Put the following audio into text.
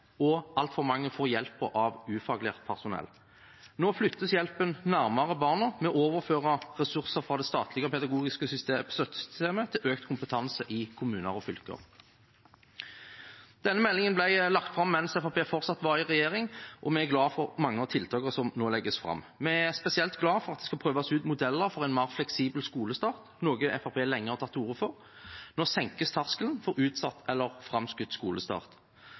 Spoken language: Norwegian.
og altfor mange får hjelp av ufaglært personell. Nå flyttes hjelpen nærmere barna. Vi overfører ressurser fra det statlige pedagogiske støttesystemet til økt kompetanse i kommuner og fylker. Denne meldingen ble lagt fram mens Fremskrittspartiet fortsatt var i regjering, og vi er glade for mange av tiltakene som nå legges fram. Vi er spesielt glade for at det skal prøves ut modeller for en mer fleksibel skolestart, noe Fremskrittspartiet lenge har tatt til orde for. Nå senkes terskelen for utsatt eller framskutt skolestart.